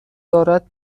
دارد